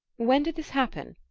when did this happen?